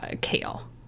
kale